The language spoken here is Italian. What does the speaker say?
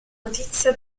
notizia